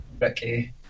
Ricky